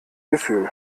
gefühl